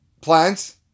plants